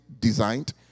designed